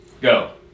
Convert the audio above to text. Go